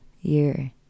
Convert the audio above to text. year